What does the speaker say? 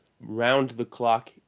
round-the-clock